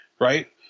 Right